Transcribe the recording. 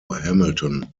hamilton